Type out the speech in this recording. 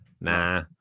Nah